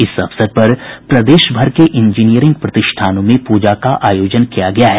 इस अवसर पर प्रदेश भर के इंजीनियरिंग प्रतिष्ठानों में पूजा का आयोजन किया गया है